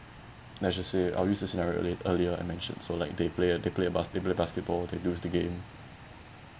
let's just say I'll use the scenario la~ earlier I mentioned so like they play a they play uh basketball basketball they lose the game